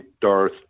Darth